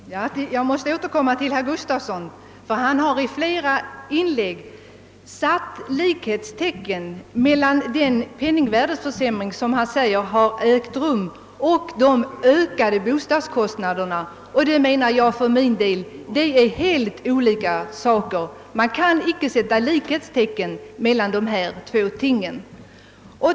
Herr talman! Jag måste återkomma till herr Gustavsson. Han har i flera inlägg satt likhetstecken mellan den penningvärdeförsämring som han säger har ägt rum och de ökade bostadskostnaderna. För min del menar jag att det är helt olika saker. Man kan inte sätta likhetstecken mellan dessa två ting.